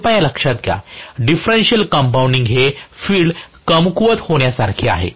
कृपया लक्षात घ्या की डिफेंशनल कंपाऊंडिंग हे फील्ड कमकुवत होण्यासारखे आहे